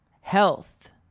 health